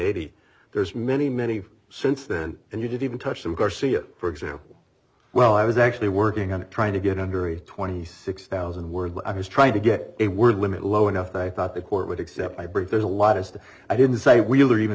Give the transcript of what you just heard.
hundred there's many many since then and you didn't even touch them garcia for example well i was actually working on it trying to get under twenty six thousand words i was trying to get a word limit low enough that i thought the court would accept my brief there's a lot is that i didn't say wheeler even